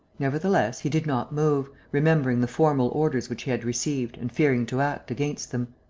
nevertheless, he did not move, remembering the formal orders which he had received and fearing to act against them.